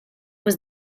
was